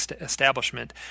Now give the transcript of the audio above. establishment